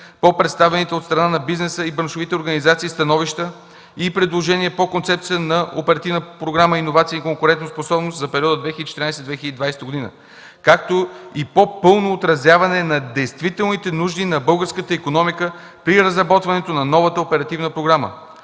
по представените от страна на бизнеса и браншовите организации становища и предложения по концепцията на Оперативна програма „Иновации и конкурентоспособност“ за периода 2014-2020 г., както и по-пълно отразяване на действителните нужди на българската икономика при разработването на новата оперативна програма.